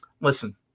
listen